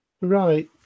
Right